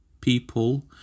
people